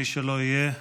מי שלא יהיה,